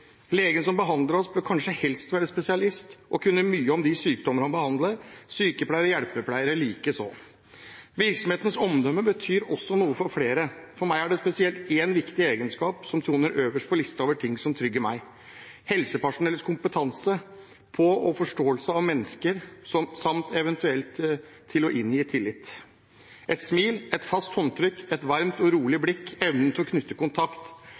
Legen som behandler oss, bør kanskje helst være spesialist og kunne mye om de sykdommene han behandler – sykepleiere og hjelpepleiere likeså. Virksomhetens omdømme betyr også noe for flere. For meg er det spesielt én viktig egenskap som troner øverst på listen over ting som trygger meg: helsepersonells kompetanse på og forståelse av mennesker, samt evne til å inngi tillit – et smil, et fast håndtrykk, et varmt og rolig blikk, evnen til å knytte kontakt.